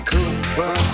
Cooper